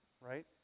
Right